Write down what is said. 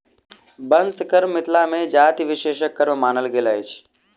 बंस कर्म मिथिला मे जाति विशेषक कर्म मानल गेल अछि